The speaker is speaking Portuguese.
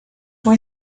com